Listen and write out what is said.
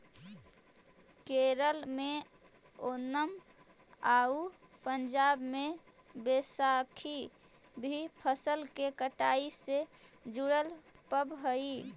केरल में ओनम आउ पंजाब में बैसाखी भी फसल के कटाई से जुड़ल पर्व हइ